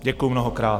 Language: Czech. Děkuju mnohokrát.